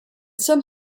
some